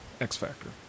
X-Factor